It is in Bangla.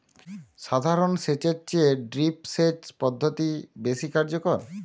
সাধারণ সেচ এর চেয়ে ড্রিপ সেচ পদ্ধতি বেশি কার্যকর